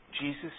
Jesus